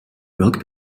welk